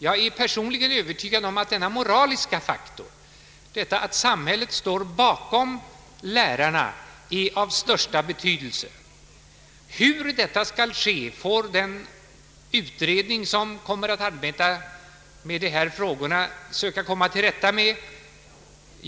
Jag är personligen övertygad om att denna moraliska faktor, att samhället står bakom lärarna, är av största betydelse. Hur detta skall ske får den utredning, som kommer att syssla med dessa frågor, söka komma till rätta med.